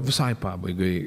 visai pabaigai